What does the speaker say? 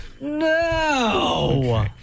No